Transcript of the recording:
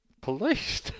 Police